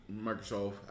Microsoft